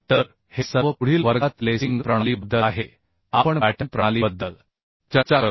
तर हे सर्व पुढील वर्गात लेसिंग प्रणालीबद्दल आहे आपण बॅटन प्रणालीबद्दल चर्चा करू